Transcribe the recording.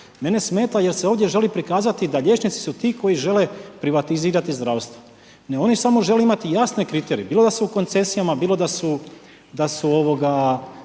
Mene smeta jer se ovdje želi prikazati da liječnici su ti koji žele privatizirati zdravstvo. Ne, oni samo žele imati jasne kriterije, bilo da su u koncesijama, bilo da su u